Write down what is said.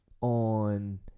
on